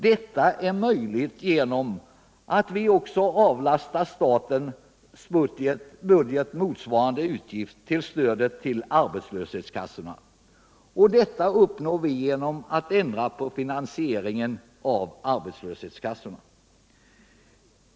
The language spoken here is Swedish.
Detta är möjligt genom att vi också avlastar statens budget motsvarande utgift för stödet till arbetslöshetskassorna. Detta uppnår vi genom att ändra på finansieringen av arbetslöshetskassorna.